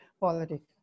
politics